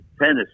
Tennis